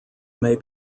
may